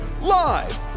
Live